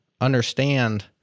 understand